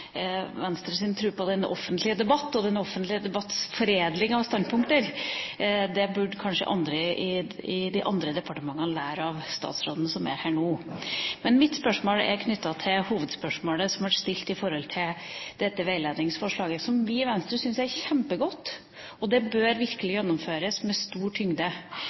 Venstre har tro på den offentlige debatt og den offentlige debatts foredling av standpunkter. Det burde kanskje andre departementer lære av statsråden som er her nå. Mitt spørsmål er knyttet til hovedspørsmålet som ble stilt angående dette veiledningsforslaget, som vi i Venstre syns er kjempegodt. Det bør virkelig gjennomføres med stor tyngde.